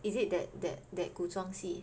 is it that that that 古装戏